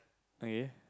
okay